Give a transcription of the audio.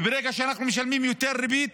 וברגע שאנחנו משלמים יותר ריבית